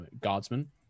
guardsmen